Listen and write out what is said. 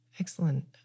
Excellent